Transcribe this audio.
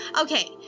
Okay